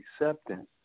acceptance